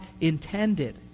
intended